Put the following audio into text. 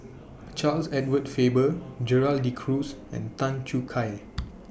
Charles Edward Faber Gerald De Cruz and Tan Choo Kai